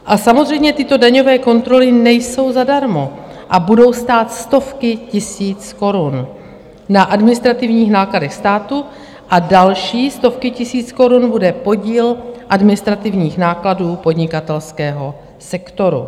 A samozřejmě tyto daňové kontroly nejsou zadarmo a budou stát stovky tisíc korun na administrativních nákladech státu a další stovky tisíc korun bude podíl administrativních nákladů podnikatelského sektoru.